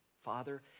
father